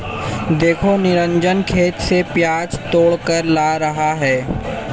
देखो निरंजन खेत से प्याज तोड़कर ला रहा है